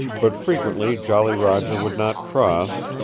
but frequently jolly roger would not cross,